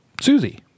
Susie